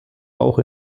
auch